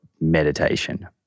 meditation